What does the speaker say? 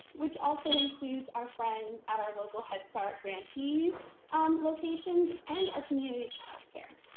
which also includes our friends at our local head start grantee locations, and our community child care.